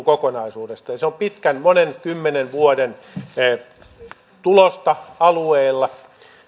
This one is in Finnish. se on pitkän monen kymmenen vuoden tulosta alueella